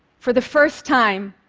for the first time,